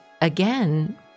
again